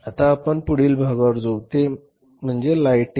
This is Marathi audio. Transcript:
आता आपण पुढील भागावर जाऊ ते म्हणजे लाईटनिंग